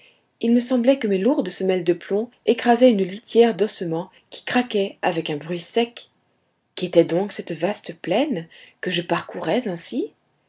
il me semblait que mes lourdes semelles de plomb écrasaient une litière d'ossements qui craquaient avec un bruit sec qu'était donc cette vaste plaine que je parcourais ainsi